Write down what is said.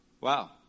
Wow